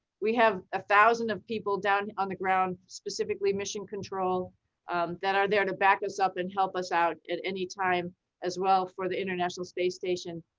we have a thousand of people down on the ground, specifically mission control that are there to back us up and help us out at any time as well for the international space station.